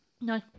no